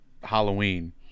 Halloween